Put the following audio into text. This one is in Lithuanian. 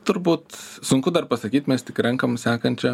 turbūt sunku dar pasakyt mes tik rankam sakančią